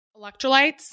electrolytes